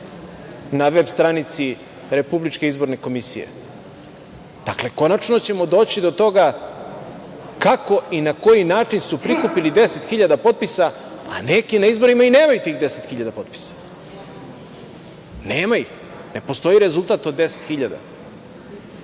Na veb stranici RIK, dakle, konačno ćemo doći do toga kako i na koji način su prikupili 10.000 potpisa, a neki na izborima i nemaju tih 10.000 potpisa. Nema ih, ne postoji rezultat od 10.000.Dakle,